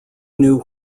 knew